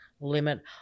limit